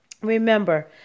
Remember